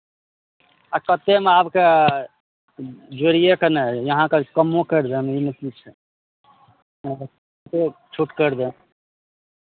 आ कतेकमे आबके जोड़िए कऽ ने अहाँकेँ कम्मो करि देब एहिमे की छै अहाँकेँ से छूट करि देब